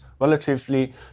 relatively